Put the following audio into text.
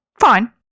Fine